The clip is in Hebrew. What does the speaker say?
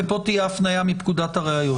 ופה תהיה הפניה מפקודת הראיות.